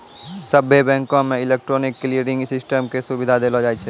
सभ्भे बैंको मे इलेक्ट्रॉनिक क्लियरिंग सिस्टम के सुविधा देलो जाय छै